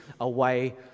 away